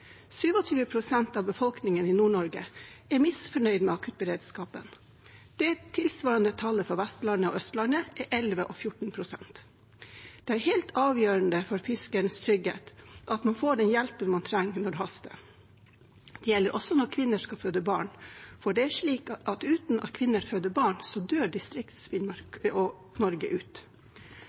av befolkningen i Nord-Norge er misfornøyd med akuttberedskapen. Det tilsvarende tallet for Vestlandet og Østlandet er 11og 14 pst. Det er helt avgjørende for fiskernes trygghet, at man får den hjelpen man trenger når det haster. Det gjelder også når kvinner skal føde barn, for det er slik at om ikke kvinner føder barn, dør Finnmark og Distrikts-Norge ut.